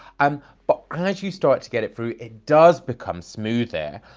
um but as you start to get it through, it does become smoother.